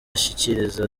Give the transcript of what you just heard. ashyikiriza